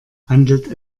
handelt